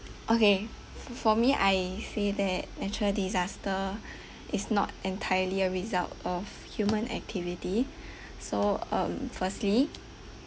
okay fo~ for me I see that natural disaster is not entirely a result of human activity so um firstly